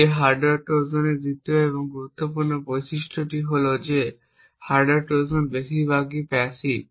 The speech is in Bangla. একটি হার্ডওয়্যার ট্রোজানের দ্বিতীয় এবং একটি গুরুত্বপূর্ণ বৈশিষ্ট্য হল যে হার্ডওয়্যার ট্রোজান বেশিরভাগ প্যাসিভ